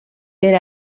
per